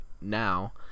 now